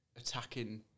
attacking